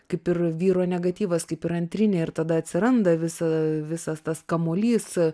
kaip ir vyro negatyvas kaip ir antrinė ir tada atsiranda visa visas tas kamuolys